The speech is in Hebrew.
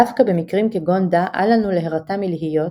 דווקא במקרים כגון דא אל לנו להירתע מלהיות,